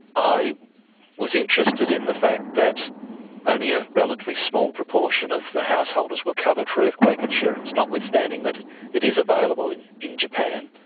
i was interested in the fact that only a relatively small proportion of the householders were covered for earthquake insurance, notwithstanding that it it is available in japan.